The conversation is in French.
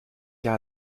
qu’à